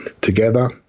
together